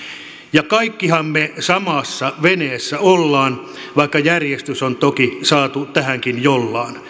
ja kaikkihan me samassa veneessä ollaan vaikka järjestys on toki saatu tähänkin jollaan